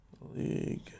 League